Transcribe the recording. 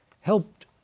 helped